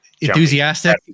enthusiastic